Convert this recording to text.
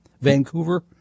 Vancouver